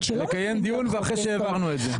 נקיים דיון אחרי שהעברנו את זה.